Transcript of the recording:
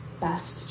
best